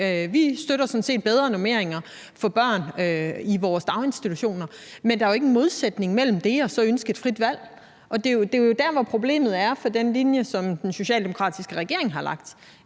Vi støtter sådan set, at der kommer bedre normeringer i vores daginstitutioner. Men der er jo ingen modsætning mellem det og så ønsket om et frit valg. Der, hvor problemet er, at den linje, som den socialdemokratiske regering har lagt,